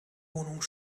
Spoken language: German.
wohnung